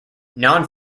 non